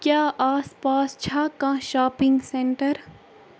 کیٛاہ آس پاس چھا کانٛہہ شاپِنٛگ سٮ۪نٹر